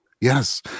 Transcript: Yes